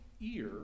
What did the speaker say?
ear